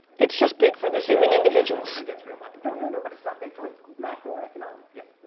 it's just big for the human individuals. that's real money. no, no, no, but it's not big for like macroeconomics. yeah.